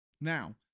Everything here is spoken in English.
Now